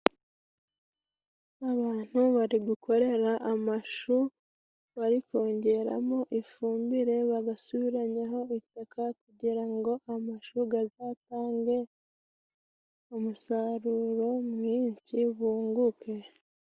Abantu bari gukorera amashu, barikongeramo ifumbire, bagasubiranyaho itaka, kugira ngo amashu azatange umusaruro mwinshi bunguke.